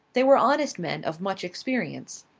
they were honest men of much experience.